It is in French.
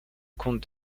comte